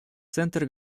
центр